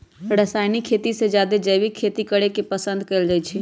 रासायनिक खेती से जादे जैविक खेती करे के पसंद कएल जाई छई